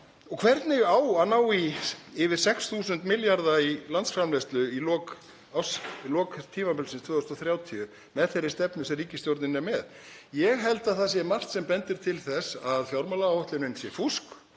Hvernig á að ná í yfir 6.000 milljarða í landsframleiðslu í lok tímabilsins, 2030, með þeirri stefnu sem ríkisstjórnin er með? Ég held að það sé margt sem bendir til þess að fjármálaáætlunin sé fúsk